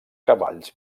cavalls